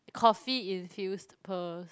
coffee infused pearls